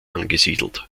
angesiedelt